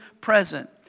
present